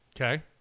Okay